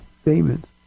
statements